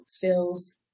feels